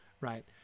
Right